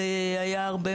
היה הרבה